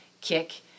kick